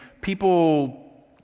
people